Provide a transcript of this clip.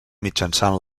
mitjançant